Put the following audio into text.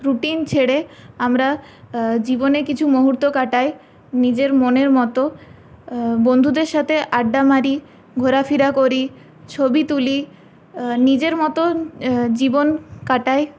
routine ছেড়ে আমরা জীবনে কিছু মুহূর্ত কাটাই নিজের মনের মত বন্ধুদের সাথে আড্ডা মারি ঘোরাফেরা করি ছবি তুলি নিজের মতন জীবন কাটাই